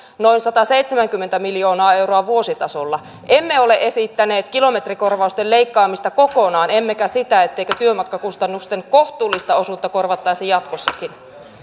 noin sataseitsemänkymmentä miljoonaa euroa vuositasolla emme ole esittäneet kilometrikorvausten leikkaamista kokonaan emmekä sitä etteikö työmatkakustannusten kohtuullista osuutta korvattaisi jatkossakin